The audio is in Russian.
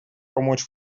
помочь